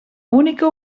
única